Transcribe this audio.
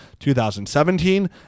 2017